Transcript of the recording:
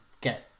get